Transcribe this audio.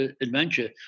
adventure